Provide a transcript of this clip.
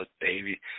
baby